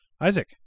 isaac